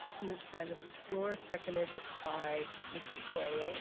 moved by mrs. fluor, seconded by miss metoyer.